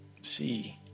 see